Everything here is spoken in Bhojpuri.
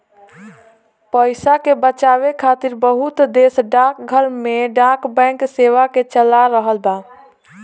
पइसा के बचावे खातिर बहुत देश डाकघर में डाक बैंक सेवा के चला रहल बा